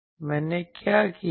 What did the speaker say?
मैंने क्या किया है